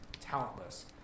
talentless